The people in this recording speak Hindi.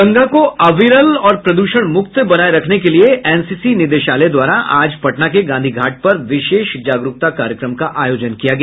गंगा को अविरल और प्रदूषण मुक्त बनाये रखने के लिये एनसीसी निदेशालय द्वारा आज पटना के गांधी घाट पर विशेष जागरूकता कार्यक्रम का आयोजन किया गया